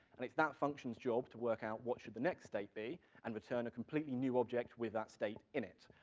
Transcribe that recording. and it's that function's job to work out what should the next state be, and return a completely new object with that state in it.